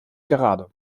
gerade